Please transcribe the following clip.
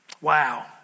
Wow